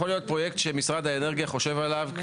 יכול להיות שפרויקט שמשרד האנרגיה חושב עליו,